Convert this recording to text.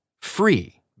free